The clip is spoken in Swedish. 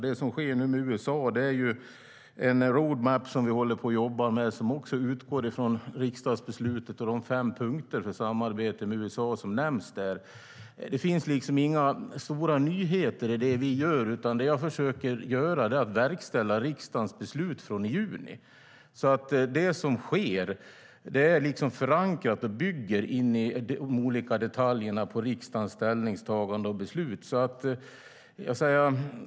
Det som nu sker med USA är en road map som vi jobbar med, som också utgår från riksdagsbeslutet och de fem punkter för samarbete med USA som nämns där. Det finns inga stora nyheter i det vi gör, utan det jag försöker göra är att verkställa riksdagens beslut från i juni. Det som sker är förankrat och bygger i de olika detaljerna på riksdagens ställningstagande och beslut.